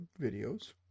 videos